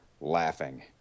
laughing